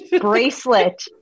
bracelet